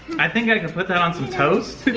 i think that i could put that on some toast.